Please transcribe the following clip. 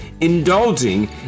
indulging